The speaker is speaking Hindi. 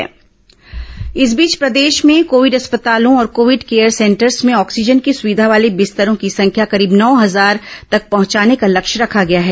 कोरोना ऑक्सीजन विस्तार इस बीच प्रदेश में कोविड अस्पतालों और कोविड केयर सेंटर्स में ऑक्सीजन की सुविघा वाले बिस्तरों की संख्या करीब नौ हजार तक पहुंचाने का लक्ष्य रखा गया है